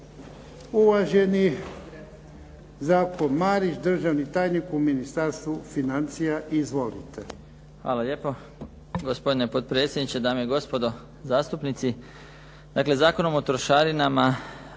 Uvaženi Zdravko Marić državni tajnik u Ministarstvu financija. Izvolite.